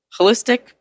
holistic